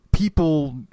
People